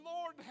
Lord